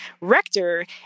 Rector